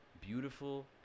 beautiful